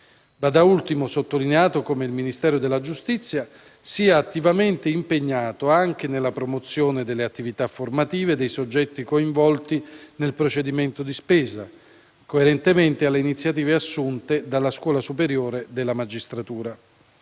da ultimo, sottolineato come il Ministero della giustizia sia attivamente impegnato anche nella promozione delle attività formative dei soggetti coinvolti nel procedimento di spesa, coerentemente alle iniziative assunte dalla Scuola superiore della magistratura.